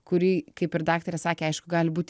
kurį kaip ir daktarė sakė aišku gali būt